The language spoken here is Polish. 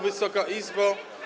Wysoka Izbo!